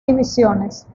divisiones